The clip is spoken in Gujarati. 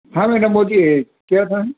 હા મેડમ બોલીએ કયા થા